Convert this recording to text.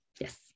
yes